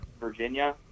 Virginia